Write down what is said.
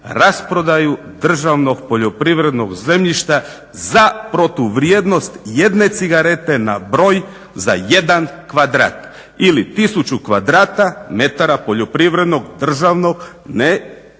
rasprodaju državnog poljoprivrednog zemljišta za protuvrijednost jedne cigarete na broj za jedan kvadrat. Ili 1000 kvadrata metara poljoprivrednog, državnog ne